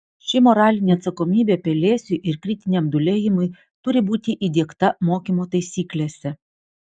ši moralinė atsakomybė pelėsiui ir kritiniam dūlėjimui turi būti įdiegta mokymo taisyklėse